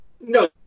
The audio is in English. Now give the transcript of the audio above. No